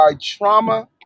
trauma